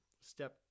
Step